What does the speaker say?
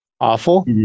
Awful